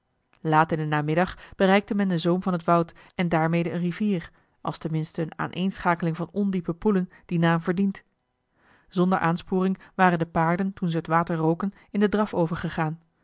in den namiddag bereikte men den zoom van het woud en daarmede eene rivier als ten minste eene aaneenschakeling van ondiepe poelen dien naam verdient zonder aansporing waren de paarden toen ze het water roken in den draf overgegaan